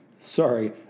Sorry